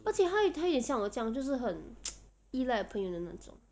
而且她也像我这样就是很 依赖朋友的那种